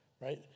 right